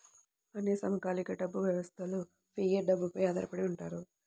అన్ని సమకాలీన డబ్బు వ్యవస్థలుఫియట్ డబ్బుపై ఆధారపడి ఉంటాయి